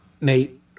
Nate